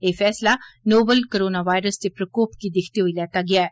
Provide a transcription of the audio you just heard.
एह् फैसला novel corona virus दे प्रकोप गी दिक्खदे होई लैता गेआ ऐ